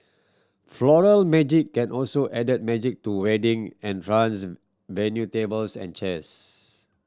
Floral Magic can also added magic to wedding entrance venue tables and chairs